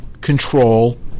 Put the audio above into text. control